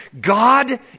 God